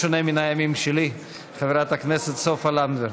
בשונה מן הימים שלי, חברת הכנסת סופה לנדבר.